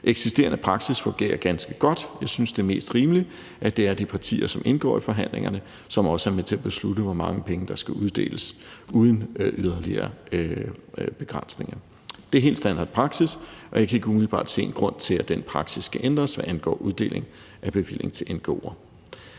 eksisterende praksis fungerer ganske godt. Jeg synes, det er mest rimeligt, at det er de partier, som indgår i forhandlingerne, som også er med til at beslutte, hvor mange penge der skal uddeles, uden yderligere begrænsninger. Det er helt standard og praksis, og jeg kan ikke umiddelbart se en grund til, at den praksis skal ændres, hvad angår uddeling af bevillinger til ngo'er.